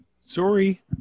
Sorry